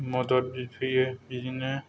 मदद बिफैयो बिदिनो